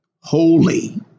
Holy